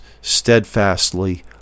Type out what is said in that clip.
steadfastly